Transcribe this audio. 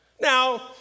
Now